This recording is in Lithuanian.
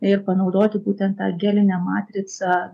ir panaudoti būtent tą gelinę matricą